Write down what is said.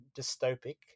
dystopic